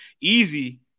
easy